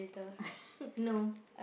no